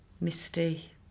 misty